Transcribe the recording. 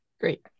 Great